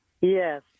Yes